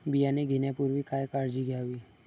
बियाणे घेण्यापूर्वी काय काळजी घ्यावी?